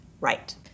Right